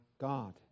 God